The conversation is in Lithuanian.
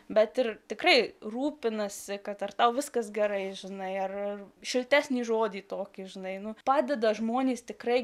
bet ir tikrai rūpinasi kad ar tau viskas gerai žinai ar šiltesnį žodį tokį žinai nu padeda žmonės tikrai